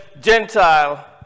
Gentile